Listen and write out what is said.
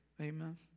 Amen